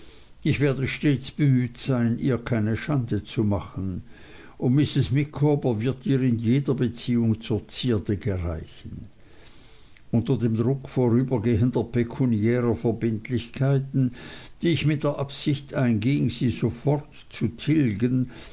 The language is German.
ich werde stets bemüht sein ihr keine schande zu machen und mrs micawber wird ihr in jeder beziehung zur zierde gereichen unter dem druck vorübergehender pekuniärer verbindlichkeiten die ich mit der absicht einging sie sofort zu tilgen